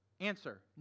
Answer